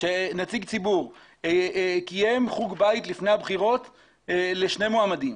שנציג ציבור קיים חוג בית לפני הבחירות לשני מועמדים,